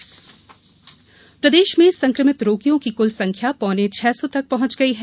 corona प्रदेश प्रदेश में संक्रमित रोगियों की कुल संख्या पौने छह सौ तक पहुंच गई है